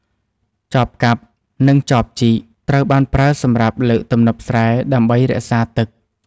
ចបកាប់ និងចបជីក ត្រូវបានប្រើសម្រាប់លើកទំនប់ស្រែដើម្បីរក្សាទឹក។